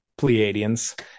Pleiadians